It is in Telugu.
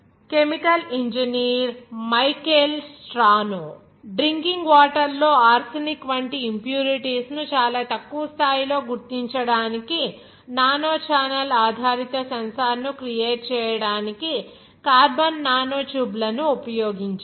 chemical engineer Michael Strano drinking water లో ఆర్సెనిక్ వంటి ఇంప్యూరిటీస్ ను చాలా తక్కువ స్థాయిలో గుర్తించడానికి నానోచానెల్ ఆధారిత సెన్సార్ను క్రియేట్ చేయటానికి కార్బన్ నానోట్యూబ్లను ఉపయోగించారు